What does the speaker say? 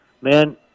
Man